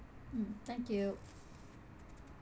mm thank you